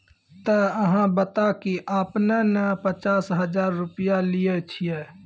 ते अहाँ बता की आपने ने पचास हजार रु लिए छिए?